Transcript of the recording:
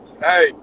hey